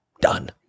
done